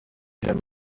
him